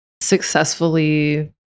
successfully